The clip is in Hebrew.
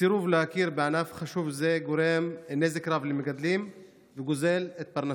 הסירוב להכיר בענף חשוב זה גורם נזק רב למגדלים וגוזל את פרנסתם.